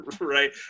Right